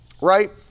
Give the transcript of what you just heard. right